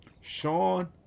Sean